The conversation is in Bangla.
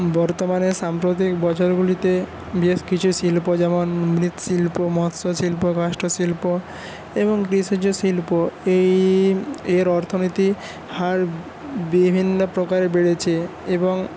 বর্তমানে সাম্প্রতিক বছরগুলিতে বেশ কিছু শিল্প যেমন মৃৎশিল্প মৎস্যশিল্প কাষ্ঠশিল্প এবং ভেষজশিল্প এই এর অর্থনৈতিক হার বিভিন্ন প্রকারে বেড়েছে এবং